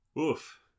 Oof